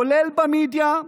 כולל במדיה,